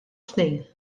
tnejn